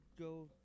go